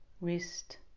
wrist